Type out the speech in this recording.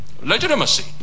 legitimacy